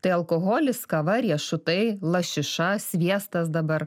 tai alkoholis kava riešutai lašiša sviestas dabar